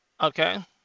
Okay